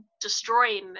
destroying